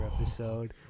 episode